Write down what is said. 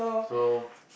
so